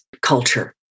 culture